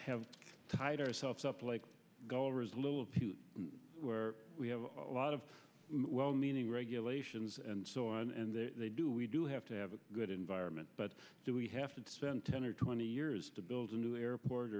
have tied ourselves up like go over is little people we have a lot of well meaning regulations and so on and they do we do have to have a good environment but do we have to send ten or twenty years to build a new airport